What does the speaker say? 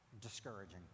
discouraging